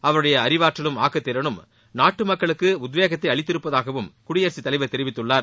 அவருடைய அறிவாற்றலும் ஆக்கத்திறனும் நாட்டு மக்களுக்கு உத்வேதக்தை அளித்திருப்பதாகவும் குடியரசு தலைவர் தெரிவித்துள்ளார்